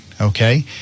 okay